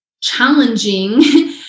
challenging